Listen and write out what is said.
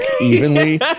evenly